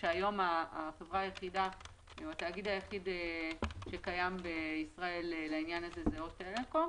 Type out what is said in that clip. כאשר היום התאגיד היחיד שקיים בישראל לעניין הזה הוא הוט טלקום,